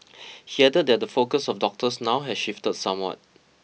he added that the focus of doctors now has shifted somewhat